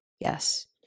yes